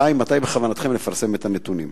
2. מתי יפורסמו הנתונים?